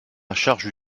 charge